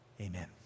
Amen